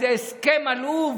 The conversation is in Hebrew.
איזה הסכם עלוב